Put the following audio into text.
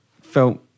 felt